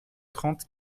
trente